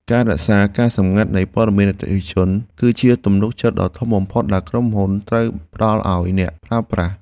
ការរក្សាការសម្ងាត់នៃព័ត៌មានអតិថិជន គឺជាទំនុកចិត្តដ៏ធំបំផុតដែលក្រុមហ៊ុនត្រូវផ្តល់ឱ្យអ្នកប្រើប្រាស់។